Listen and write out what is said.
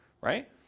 right